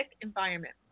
environment